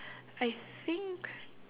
I think